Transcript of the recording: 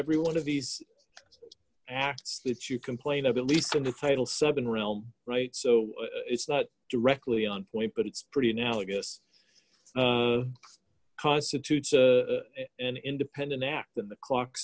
every one of these acts that you complain of at least in the title seven realm right so it's not directly on point but it's pretty analogous constitutes an independent act in the clock